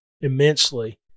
immensely